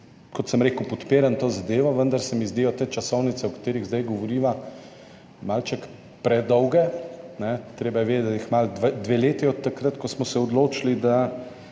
kot sem rekel, podpiram to zadevo, vendar se mi zdijo te časovnice, o katerih zdaj govoriva, malo predolge. Treba je vedeti, da bo kmalu dve leti od takrat, ko smo se odločili,